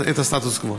את הסטטוס קוו.